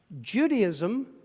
Judaism